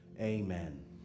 Amen